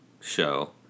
show